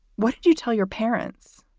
what do you tell your parents?